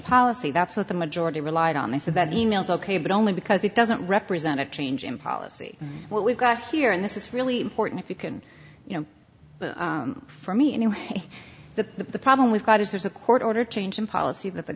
policy that's what the majority relied on they said that the emails ok but only because it doesn't represent a change in policy what we've got here and this is really important if you can you know for me anyway the problem we've got is there's a court order to change in policy that the